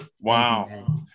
Wow